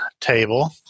table